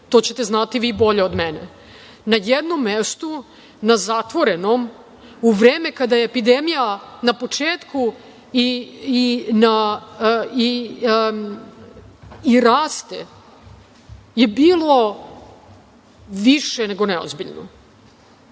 to ćete znati vi bolje od mene. Na jednom mestu, na zatvorenom, u vreme kada je epidemija na početku i raste, je bilo više nego neozbiljno.